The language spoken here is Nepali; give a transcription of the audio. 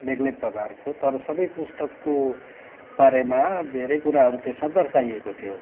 बेग्लै प्रकारको तर सबै पुस्तकको बारेमा धेरै कुराहरू त्यसमा दर्साएको थियो